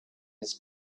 his